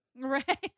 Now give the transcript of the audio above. Right